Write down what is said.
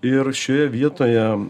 ir šioje vietoje